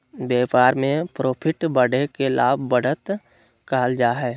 व्यापार में प्रॉफिट बढ़े के लाभ, बढ़त कहल जा हइ